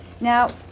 Now